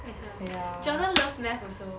ya jordan love math also